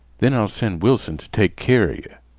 then i'll send wilson t' take keer a yeh.